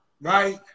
right